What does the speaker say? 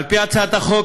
על פי הצעת החוק,